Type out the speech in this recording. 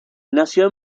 nació